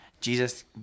jesus